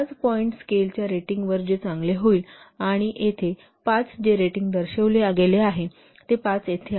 पाच पॉईंट स्केलच्या रेटिंगवर जे चांगले होईल आणि येथे पाच जे रेटिंग दर्शविले गेले आहे ते पाच येथे आहे